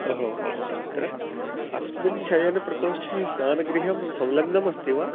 अहो अहो अत्र अस्मिन् शयनप्रकोष्ठे स्नानगृहं संलग्नमस्ति वा